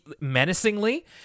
menacingly